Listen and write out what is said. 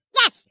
Yes